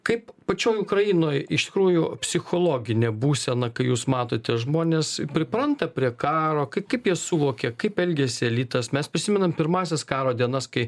kaip pačioj ukrainoj iš tikrųjų psichologinė būsena kai jūs matote žmonės pripranta prie karo kai kaip jie suvokia kaip elgiasi elitas mes prisimenam pirmąsias karo dienas kai